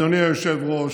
אדוני היושב-ראש,